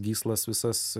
gyslas visas